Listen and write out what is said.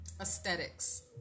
aesthetics